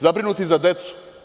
Zabrinuti za decu?